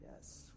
yes